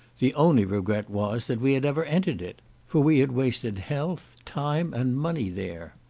the only regret was, that we had ever entered it for we had wasted health, time, and money there.